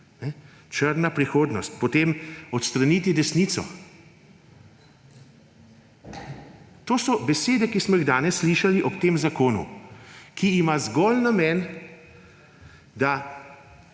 Črna prihodnost. Potem odstraniti desnico. To so besede, ki smo jih danes slišali ob tem zakonu, ki ima namen